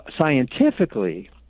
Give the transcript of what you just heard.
scientifically